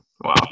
Wow